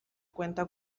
cuenta